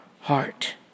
heart